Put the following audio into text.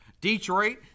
Detroit